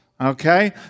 Okay